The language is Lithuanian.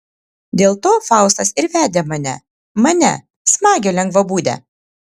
dėl to faustas ir vedė mane mane smagią lengvabūdę